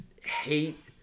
hate